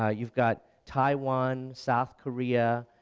ah you've got taiwan, south korea,